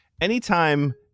Anytime